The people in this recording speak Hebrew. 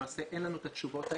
למעשה אין לנו את התשובות האלה.